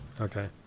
okay